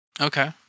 Okay